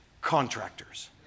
contractors